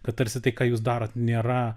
kad tarsi tai ką jūs darot nėra